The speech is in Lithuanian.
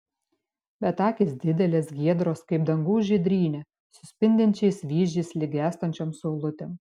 bet akys didelės giedros kaip dangaus žydrynė su spindinčiais vyzdžiais lyg gęstančiom saulutėm